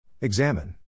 Examine